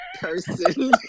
person